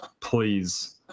Please